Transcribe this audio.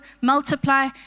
multiply